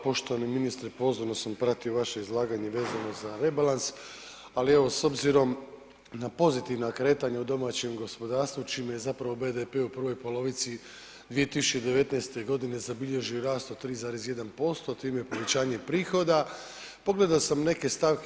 Poštovani ministre pozorno sam pratio vaše izlaganje vezano za rebalans, ali evo s obzirom na pozitivna kretanja u domaćem gospodarstvu čime je zapravo BDP u prvoj polovici 2019. godine zabilježio rast od 3,1% a time i povećanje prihoda pogledao sam neke stavke.